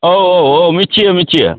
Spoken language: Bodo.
औ औ औ मिथियो मिथियो